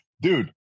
dude